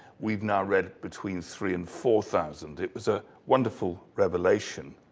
we've now read between three and four thousand. it was a wonderful revelation.